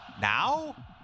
Now